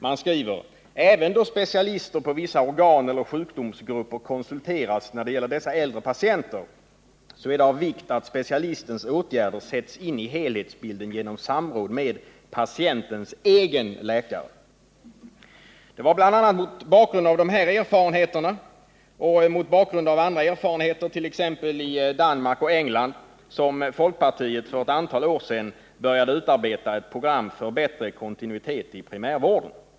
Man skriver: ”Även då specialister på vissa organ eller sjukdomsgrupper konsulteras när det gäller dessa äldre patienter är det av vikt att specialistens åtgärder sätts in i helhetsbilden genom samråd med ”egen” läkare.” Det var mot bakgrund av dessa erfarenheter och mot bakgrund av erfarenheter från t.ex. Danmark och England som folkpartiet för ett antal år sedan började utarbeta ett program för bättre kontinuitet i primärvården.